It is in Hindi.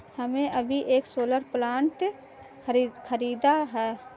हमने अभी एक सोलर प्लांट खरीदा है